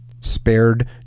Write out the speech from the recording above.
spared